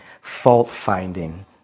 fault-finding